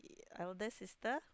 elder sister